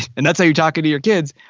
and that's how you're talking to your kids.